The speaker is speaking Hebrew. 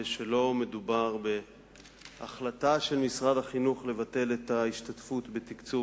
שלא מדובר בהחלטה של משרד החינוך לבטל את ההשתתפות בתקצוב